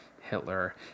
Hitler